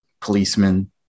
policemen